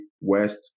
West